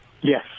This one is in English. Yes